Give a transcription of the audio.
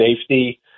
safety